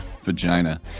vagina